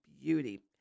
beauty